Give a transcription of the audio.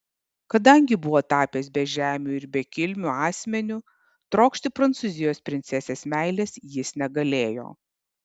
kadangi buvo tapęs bežemiu ir bekilmiu asmeniu trokšti prancūzijos princesės meilės jis negalėjo